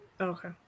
Okay